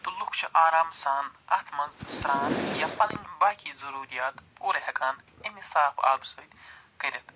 تہٕ لُکھ چھِ آرام سان اَتھ منٛز سران یا پنٕنۍ باقی ضُروٗرِیات پورٕ ہٮ۪کان اٮ۪مہِ صاف آبہٕ سۭتۍ کٔرِتھ